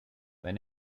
when